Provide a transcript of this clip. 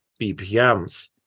BPMs